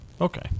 Okay